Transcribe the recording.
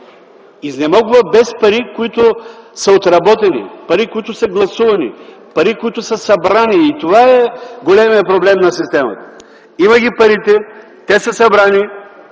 Изнемогва без пари, които са отработени, пари, които се гласувани, пари, които са събрани – и това е големият проблем на системата! Има ги парите. Те са събрани,